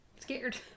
Scared